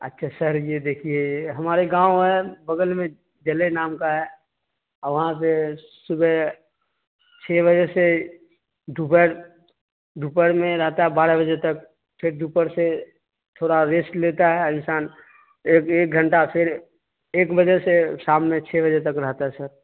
اچھا سر یہ دیکھیے ہمارے گاؤں ہے بگل میں جلے نام کا ہے اور وہاں سے صبح چھ بجے سے دوپہر دوپہر میں رہتا ہے بارہ بجے تک پھر دوپہر سے تھوڑا ریسٹ لیتا ہے انسان ایک ایک گھنٹہ پھر ایک بجے سے شام میں چھ بجے تک رہتا ہے سر